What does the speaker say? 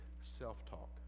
self-talk